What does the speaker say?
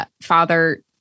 father